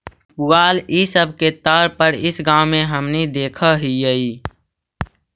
पुआल इ सब के तौर पर इस गाँव में हमनि देखऽ हिअइ